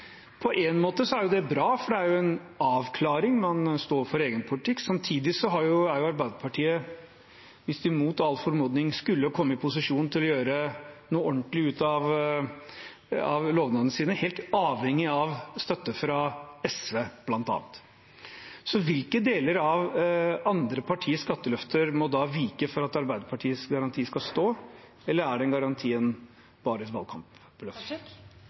På en måte er det bra, for det er en avklaring, og man står for egen politikk. Samtidig er jo Arbeiderpartiet, hvis de mot all formodning skulle komme i posisjon til å gjøre noe ordentlig ut av lovnadene sine, helt avhengig av støtte fra bl.a. SV. Hvilke deler av andre partiers skatteløfter må vike for at Arbeiderpartiets garanti skal stå, eller er den garantien